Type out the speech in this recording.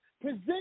present